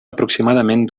aproximadament